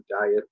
diet